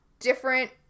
different